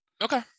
okay